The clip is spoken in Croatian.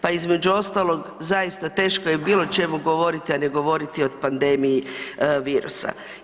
Pa između ostalog zaista teško je bilo o čemu govoriti, a ne govoriti o pandemiji virusa.